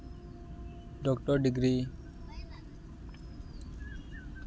doctor degree